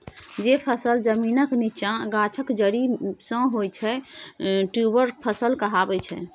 जे फसल जमीनक नीच्चाँ गाछक जरि सँ होइ छै ट्युबर फसल कहाबै छै